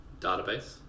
database